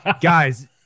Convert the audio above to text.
guys